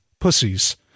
pussies